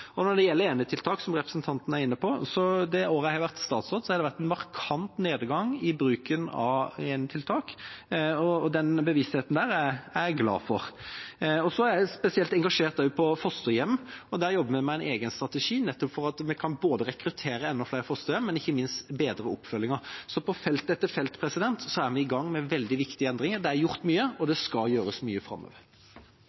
Og når det gjelder enetiltak, som representanten var inne på, har det vært en markant nedgang i bruken av det det året jeg har vært statsråd. Den bevisstheten er jeg glad for. Så er jeg spesielt engasjert i fosterhjem. Der jobber vi med en egen strategi nettopp for å kunne rekruttere enda flere fosterhjem og ikke minst bedre oppfølgingen. På felt etter felt er vi i gang med veldig viktige endringer. Det er gjort mye, og det